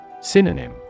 Synonym